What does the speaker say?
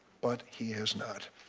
but he has not.